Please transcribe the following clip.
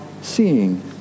seeing